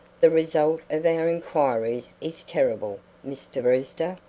the result of our inquiries is terrible, mr. brewster.